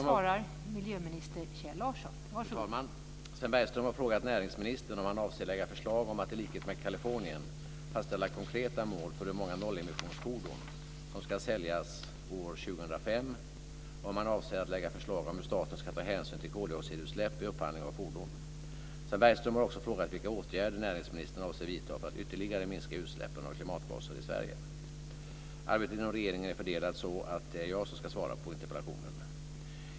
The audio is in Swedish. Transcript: Fru talman! Sven Bergström har frågat näringsministern om han avser lägga förslag om att, i likhet med Kalifornien, fastställa konkreta mål för hur många nollemissionsfordon som ska säljas år 2005 och om han avser lägga förslag om hur staten ska ta hänsyn till koldioxidutsläpp vid upphandling av fordon. Sven Bergström har också frågat vilka åtgärder näringsministern avser vidta för att ytterligare minska utsläppen av klimatgaser i Sverige. Arbetet inom regeringen är så fördelat att det är jag som ska svara på interpellationen.